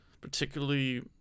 particularly